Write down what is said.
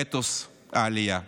אתוס העלייה.